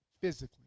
physically